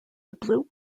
blue